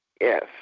Yes